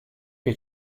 che